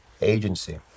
agency